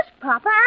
Papa